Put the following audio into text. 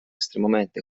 estremamente